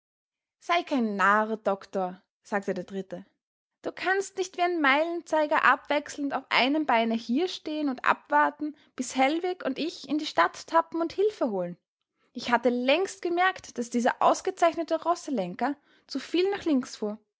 sei kein narr doktor sagte der dritte du kannst nicht wie ein meilenzeiger abwechselnd auf einem beine hier stehen und abwarten bis hellwig und ich in die stadt tappen und hilfe holen ich hatte längst gemerkt daß dieser ausgezeichnete rosselenker zu viel nach links fuhr